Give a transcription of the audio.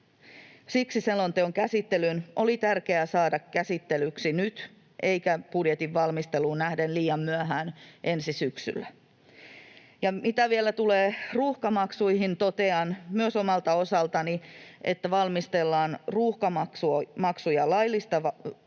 Siksi selonteko oli tärkeää saada käsitellyksi nyt eikä budjetin valmisteluun nähden liian myöhään ensi syksynä. Mitä vielä tulee ruuhkamaksuihin, totean myös omalta osaltani, että valmistellaan ruuhkamaksuja laillistavaa